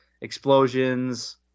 explosions